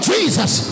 Jesus